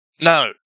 No